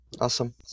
Awesome